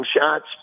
shots